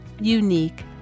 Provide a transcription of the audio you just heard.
unique